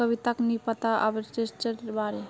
कविताक नी पता आर्बिट्रेजेर बारे